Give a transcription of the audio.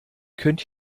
könnt